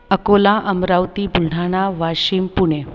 Akola Amravati Buldhana Washim Pune